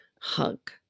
hug